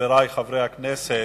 חברי חברי הכנסת,